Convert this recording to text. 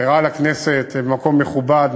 נבחרה לכנסת במקום מכובד,